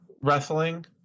wrestling